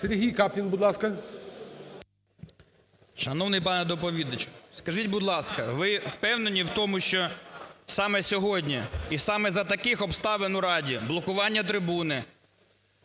Сергій Каплін, будь ласка. 17:16:21 КАПЛІН С.М. Шановний пане доповідачу, скажіть, будь ласка, ви впевнені в тому, що саме сьогодні і саме за таких обставин у Раді: блокування трибуни,